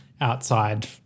outside